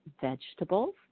vegetables